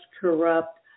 corrupt